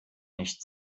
nicht